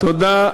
תודה.